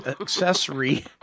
accessory